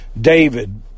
David